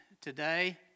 today